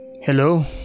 Hello